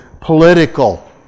political